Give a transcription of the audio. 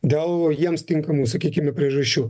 dėl jiems tinkamų sakykime priežasčių